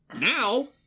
now